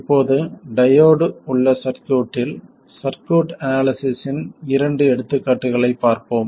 இப்போது டையோடு உள்ள சர்க்யூட்டில் சர்க்யூட் அனாலிசிஸ்ஸின் இரண்டு எடுத்துக்காட்டுகளைப் பார்ப்போம்